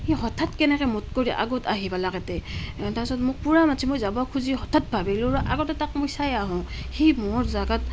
সি হঠাৎ কেনেকৈ মোতকৈ আগতে আহি পালাক ইয়াতে তাৰপিছত মোক পূৰা মাতিছে মই যাব খুজি হঠাৎ ভাবিলোঁ আগতে তাক মই চাই আহোঁ সি মোৰ জেগাত